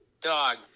dog